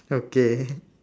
okay